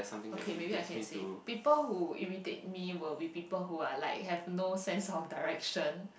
okay maybe I can say people who irritate me will be people who are like have no sense of direction